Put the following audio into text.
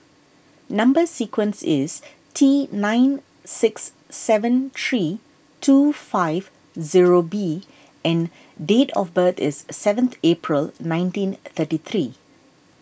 Number Sequence is T nine six seven three two five zero B and date of birth is seventh April nineteen thirty three